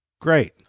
Great